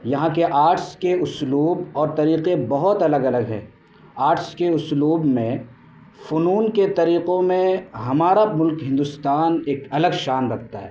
یہاں کے آرٹس کے اسلوب اور طریقے بہت الگ الگ ہے آرٹس کے اسلوب میں فنون کے طریقوں میں ہمارا ملک ہندوستان ایک الگ شان رکھتا ہے